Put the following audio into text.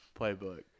playbook